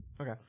Okay